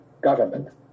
government